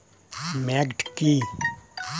Maggot কি?